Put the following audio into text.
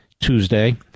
Tuesday